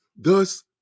Thus